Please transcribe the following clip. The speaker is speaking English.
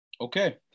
okay